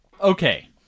Okay